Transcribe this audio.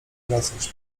wracać